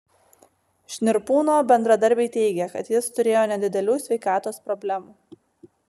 šnirpūno bendradarbiai teigė kad jis turėjo nedidelių sveikatos problemų